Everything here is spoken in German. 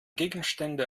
gegenstände